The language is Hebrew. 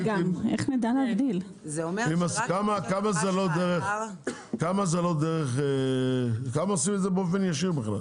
כמה עשו את זה באופן ישיר?